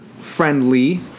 friendly